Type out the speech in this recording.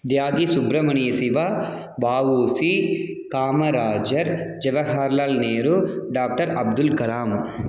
Tyagi Subramaniya Siva VOC Kamarajar Jawaharlal Nehru doctor Abdul Kalam